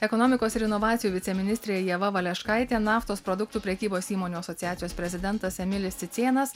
ekonomikos ir inovacijų viceministrė ieva valeškaitė naftos produktų prekybos įmonių asociacijos prezidentas emilis cicėnas